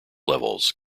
levels